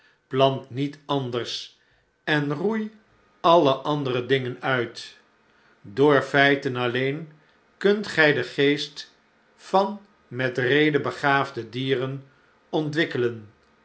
plant niet anders en roei alle andere dingen uit door feiten alleen kunt gii den geest van met rede begaafde dieren ontwikkelen